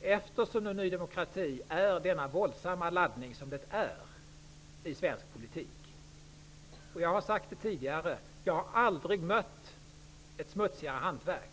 eftersom Ny demokrati utgör en så våldsam laddning i svensk politik. Jag har sagt det tidigare: Jag har aldrig mött ett smutsigare hantverk.